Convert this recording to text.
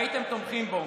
הייתם תומכים בו.